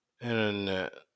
internet